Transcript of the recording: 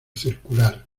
circular